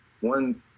one